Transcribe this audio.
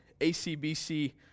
ACBC